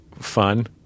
Fun